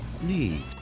need